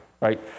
Right